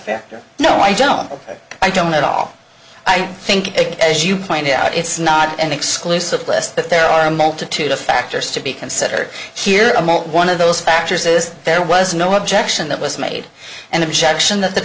fair no i don't i don't at all i think as you point out it's not an exclusive list but there are a multitude of factors to be considered here imo one of those factors is there was no objection that was made and objection that the